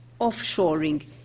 offshoring